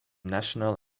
national